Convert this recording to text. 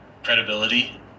credibility